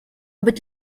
быть